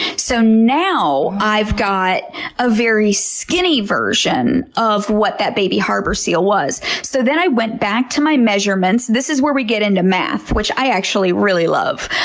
so now, i've got a very skinny version of what that baby harbor seal was. so then i went back to my measurements. this is where we get into math, which i actually really love.